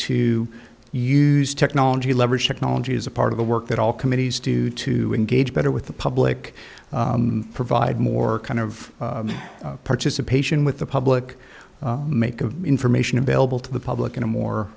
to use technology leverage technology is a part of the work that all committees to to engage better with the public provide more kind of participation with the public make of information available to the public in a more